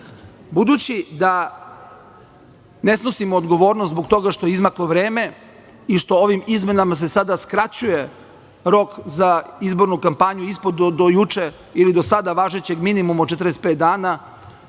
nama. Budući da ne snosimo odgovornost zbog toga što je izmaklo vreme i što ovim izmenama se sada skraćuje rok za izbornu kampanju ispod do juče ili do sada važećeg minimuma od 45 dana,